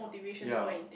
yea